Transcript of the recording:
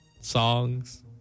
songs